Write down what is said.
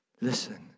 Listen